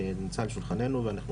זה נמצא על שולחננו...